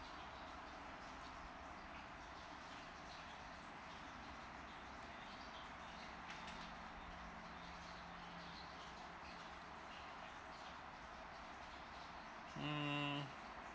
mm